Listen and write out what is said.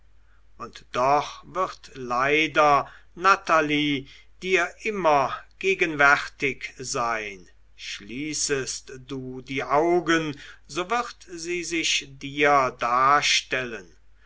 und doch wird leider natalie dir immer gegenwärtig sein schließest du die augen so wird sie sich dir darstellen